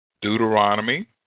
Deuteronomy